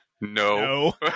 no